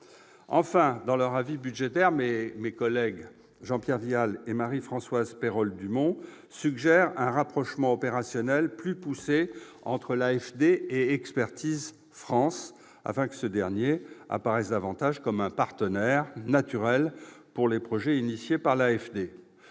sont ? Dans leur avis budgétaire, mes collègues Jean-Pierre Vial et Marie-Françoise Perol-Dumont suggèrent un « rapprochement opérationnel plus poussé » entre l'AFD et Expertise France afin que ce dernier « apparaisse davantage comme un partenaire naturel pour les projets initiés par I'AFD